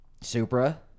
Supra